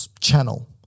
channel